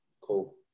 Cool